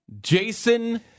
Jason